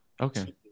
Okay